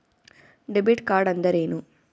Debit ಕಾರ್ಡ್ಅಂದರೇನು?